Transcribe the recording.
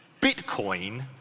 bitcoin